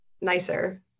nicer